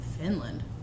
Finland